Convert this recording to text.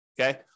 okay